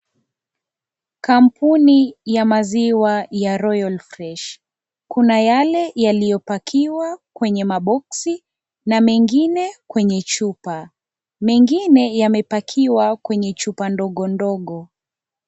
Kampuni ya maziwa ya Royal Fresh, kuna yale yaliyopakiwa kwenye maboksi na mengine kwenye chupa mengine yamepakiwa kwenye chupa ndogo ndogo.